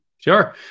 Sure